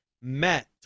met